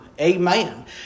Amen